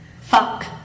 Fuck